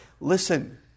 Listen